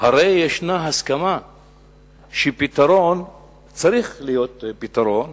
הרי יש הסכמה שצריך להיות פתרון